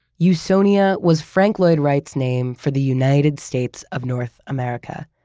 usonia was frank lloyd wright's name for the united states of north america.